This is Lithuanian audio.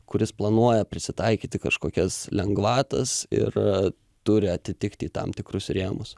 kuris planuoja prisitaikyti kažkokias lengvatas ir turi atitikti į tam tikrus rėmus